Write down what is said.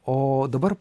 o dabar